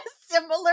similar